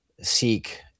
seek